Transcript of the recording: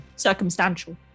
circumstantial